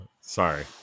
sorry